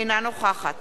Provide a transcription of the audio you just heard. אינה נוכחת